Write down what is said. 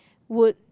would